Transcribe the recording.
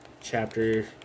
chapter